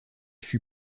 fut